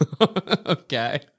Okay